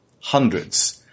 hundreds